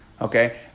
Okay